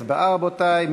הצבעה, רבותי.